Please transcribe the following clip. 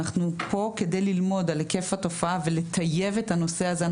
אנחנו פה כדי ללמוד על היקף התופעה ולטייב את הנושא הזה.